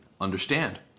understand